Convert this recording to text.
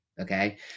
Okay